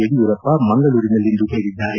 ಯಡಿಯೂರಪ್ಪ ಮಂಗಳೂರಿನಲ್ಲಿಂದು ಹೇಳಿದ್ದಾರೆ